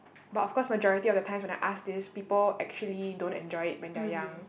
but of course majority of the times when I ask this people actually don't enjoy it when they are young